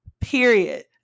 period